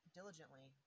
diligently